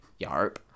Yarp